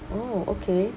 oh okay